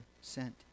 sent